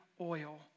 oil